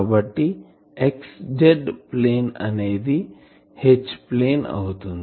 కాబట్టి ఈ XZ plane అనేది H ప్లేన్ అవుతుంది